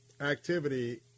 activity